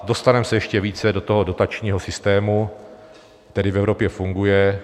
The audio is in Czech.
Dostaneme se ještě více do toho dotačního systému, který v Evropě funguje.